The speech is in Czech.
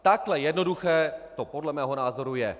Takhle jednoduché to podle mého názoru je.